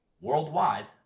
worldwide